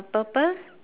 purple